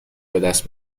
بدست